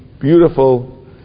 beautiful